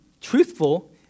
truthful